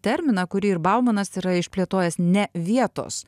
terminą kurį ir baumanas yra išplėtojęs ne vietos